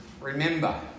remember